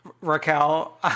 Raquel